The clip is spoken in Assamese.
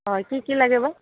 হয় কি কি লাগে বা